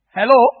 Hello